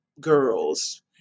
girls